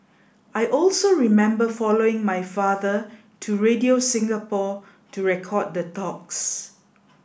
I also remember following my father to Radio Singapore to record the talks